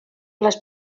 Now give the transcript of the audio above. les